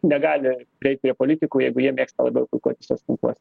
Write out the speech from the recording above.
negali prieit prie politikų jeigu jie mėgsta labiau puikuotis soc tinkluose